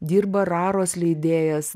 dirba raros leidėjas